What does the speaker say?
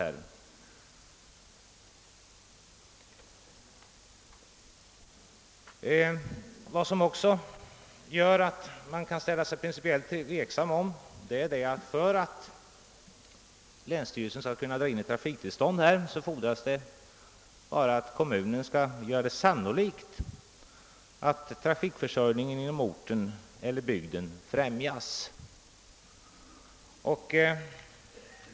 En annan sak som gör att man ställer sig tveksam rent principiellt är, att för att länsstyrelsen skall kunna återkalla ett trafiktillstånd och ge det tillståndet till kommunen fordras det bara att kommunen kan göra sannolikt att trafikförsörjningen i orten eller bygden därigenom främjas.